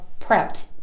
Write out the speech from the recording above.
prepped